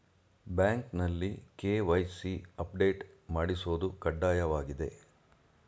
ಬ್ಯಾಂಕ್ನಲ್ಲಿ KYC update ಮಾಡಿಸೋದು ಕಡ್ಡಾಯವಾಗಿದೆ